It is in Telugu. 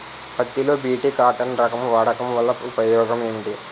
పత్తి లో బి.టి కాటన్ రకం వాడకం వల్ల ఉపయోగం ఏమిటి?